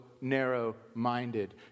narrow-minded